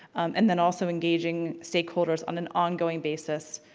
and then also engaging stakeholders on an on-going basis